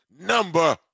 Number